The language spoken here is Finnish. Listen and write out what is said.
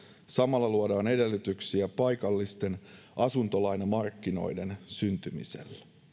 samalla luodaan edellytyksiä paikallisten asuntolainamarkkinoiden syntymiselle